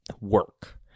work